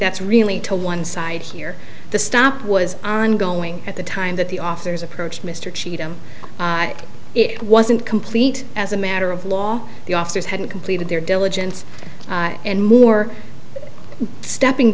that's really to one side here the stop was ongoing at the time that the officers approached mr cheatham it wasn't complete as a matter of law the officers hadn't completed their diligence and more stepping